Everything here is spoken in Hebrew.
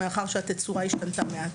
מאחר והתצורה השתנתה מעט.